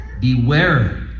Beware